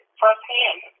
firsthand